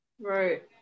Right